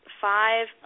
five